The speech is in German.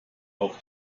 auf